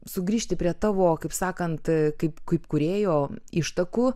sugrįžti prie tavo kaip sakant kaip kaip kūrėjo ištakų